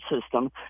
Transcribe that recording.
system